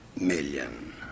million